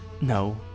No